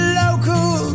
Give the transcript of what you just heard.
local